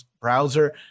browser